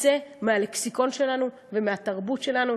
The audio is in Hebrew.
ותצא מהלקסיקון שלנו ומהתרבות שלנו,